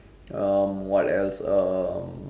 um what else um